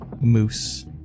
moose